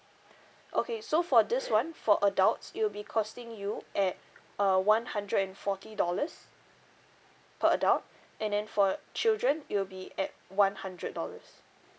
okay so for this [one] for adults it'll be costing you at uh one hundred and forty dollars per adult and then for children it will be at one hundred dollars